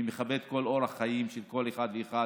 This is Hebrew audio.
אני מכבד כל אורח חיים של כל אחד ואחד,